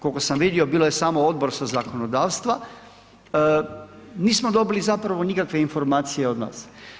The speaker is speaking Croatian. Koliko sam vidio bio je samo Odbor sa zakonodavstva, nismo dobili zapravo nikakve informacije od vas.